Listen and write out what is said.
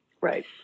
Right